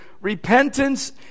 repentance